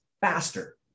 faster